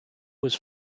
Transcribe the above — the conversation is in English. was